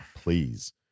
please